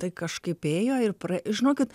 tai kažkaip ėjo ir praė žinokit